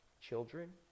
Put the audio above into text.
children